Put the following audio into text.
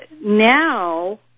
now